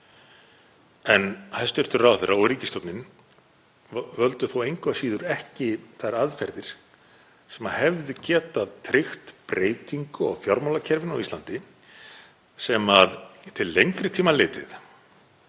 En hæstv. ráðherra og ríkisstjórnin völdu þó engu að síður ekki þær aðferðir sem hefðu getað tryggt breytingu á fjármálakerfinu á Íslandi sem til lengri tíma litið